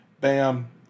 Bam